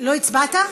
לא הצבעת?